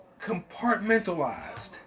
compartmentalized